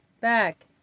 back